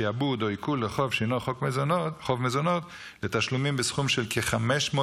שעבוד או עיקול לחוב שאינו חוב מזונות לתשלומים בסכום של כ-540